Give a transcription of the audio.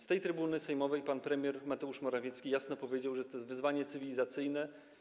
Z tej trybuny sejmowej pan premier Mateusz Morawiecki jasno powiedział, że jest to wyzwanie cywilizacyjne.